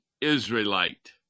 Israelite